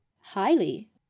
Highly